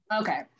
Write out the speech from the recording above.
Okay